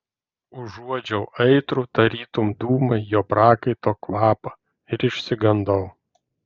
užuodžiau aitrų tarytum dūmai jo prakaito kvapą ir išsigandau